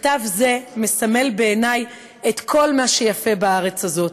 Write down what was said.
מכתב זה מסמל בעיני את כל מה שיפה בארץ הזאת,